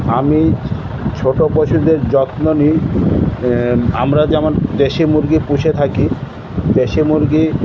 আমি ছোটো পশুদের যত্ন নিই আমরা যেমন দেশি মুরগি পুষে থাকি দেশি মুরগি